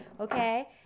okay